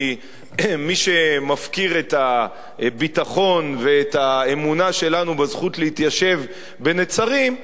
כי מי שמפקיר את הביטחון ואת האמונה שלנו בזכות להתיישב בנצרים,